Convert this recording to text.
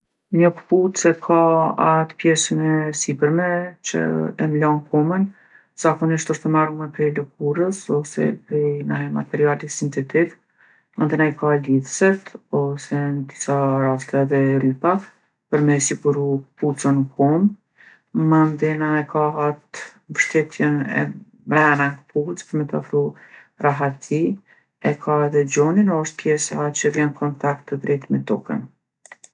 Një kpucë e ka atë pjesën e sipërme që e mlon komën, zakonisht osht e marume prej lëkures ose prej naj materiali sintetik. Mandena i ka lidhset ose n'disa raste edhe rrypa për me siguri kpucën n'kom. Mandena e ka at' mbshtetjen e mrena n'kpucë me t'ofru rahati. E ka edhe gjonin, osht pjesa që vjen n'kontakt të drejt me tokën.